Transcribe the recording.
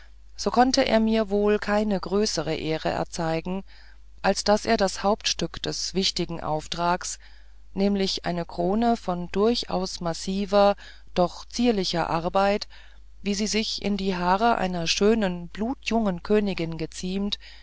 so konnte er mir wohl keine größere ehre erzeigen als daß er das hauptstück des wichtigen auftrags nämlich eine krone von durchaus massiver doch zierlicher arbeit wie sie sich in die haare einer schönen blutjungen königin geziemt